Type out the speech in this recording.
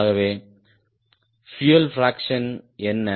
ஆகவே fuel fraction என்ன